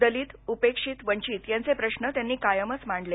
दलित उपेक्षित वंचित यांचे प्रश्न त्यांनी कायमच मांडले